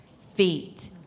feet